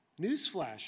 Newsflash